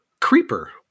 Creeper